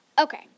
Okay